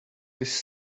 this